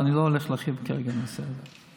ואני לא הולך להרחיב כרגע על הנושא הזה.